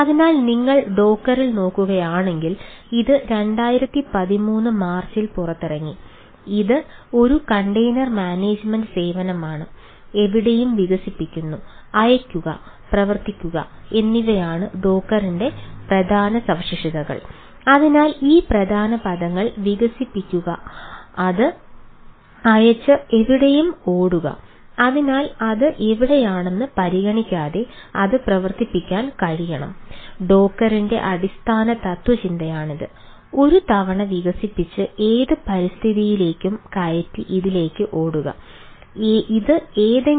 അതിനാൽ നിങ്ങൾ ഡോക്കറിൽ ആകാം അല്ലെങ്കിൽ മറ്റെന്തെങ്കിലും